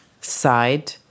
side